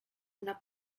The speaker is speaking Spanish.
una